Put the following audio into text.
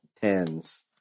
tens